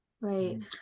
Right